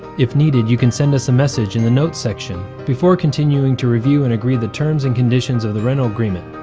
if needed, you can send us a message in the notes section before continuing to review and agree the terms and conditions of the rental agreement.